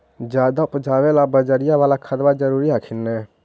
ज्यादा उपजाबे ला बजरिया बाला खदबा जरूरी हखिन न?